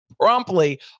promptly